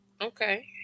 Okay